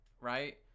Right